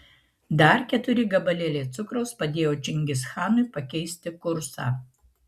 dar keturi gabalėliai cukraus padėjo čingischanui pakeisti kursą